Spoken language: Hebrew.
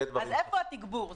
אז איפה התגבור?